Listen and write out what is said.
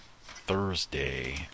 Thursday